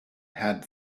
had